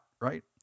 right